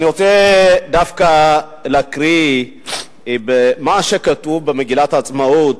אני רוצה דווקא להקריא את מה שכתוב במגילת העצמאות,